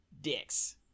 dicks